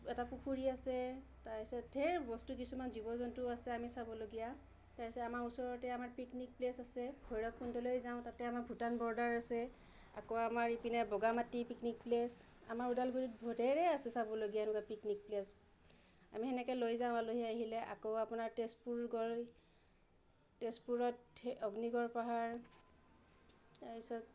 এটা পুখুৰী আছে তাৰ পাছত ঢেৰ বস্তু কিছুমান জীৱ জন্তু আছে আমি চাবলগীয়া তাৰ পাছত আমাৰ ওচৰতে আমাৰ পিকনিক প্লেচ আছে ভৈৰৱকুণ্ডলৈ যাওঁ তাতে আমাৰ ভূটান বৰ্ডাৰ আছে আকৌ আমাৰ ইপিনে বগামাটি পিকনিক প্লেচ আমাৰ ওদালগুৰিত ঢেৰ আছে চাবলগীয়া এনেকুৱা পিকনিক প্লেচ আমি সেনেকৈ লৈ যাওঁ আলহী আহিলে আকৌ আপোনাৰ তেজপুৰ গৈ তেজপুৰত অগ্নিগড় পাহাৰ তাৰ পিছত